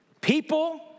People